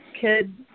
kid